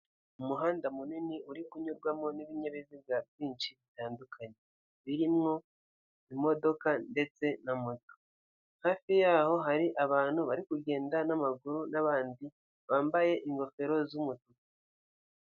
Umuhanda munini uri kunyurwamo n'ibinyabiziga byinshi bitandukanye birimwo imodoka ndetse moto, hafi y'aho hari abantu bari kugenda n'amaguru n'abandi bambaye ingofero z'umutuku.